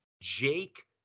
Jake